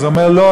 אז הוא אמר: לא,